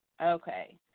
okay